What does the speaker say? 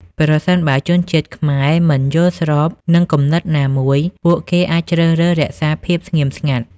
ប្រសិនបើជនជាតិខ្មែរមិនយល់ស្របនឹងគំនិតណាមួយ ពួកគេអាចជ្រើសរើសរក្សាភាពស្ងៀមស្ងាត់។